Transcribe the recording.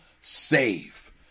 save